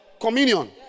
communion